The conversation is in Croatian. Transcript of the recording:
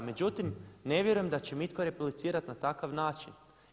Međutim, ne vjerujem da će mi itko replicirati na takav način.